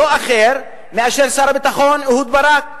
זה לא אחר מאשר שר הביטחון אהוד ברק.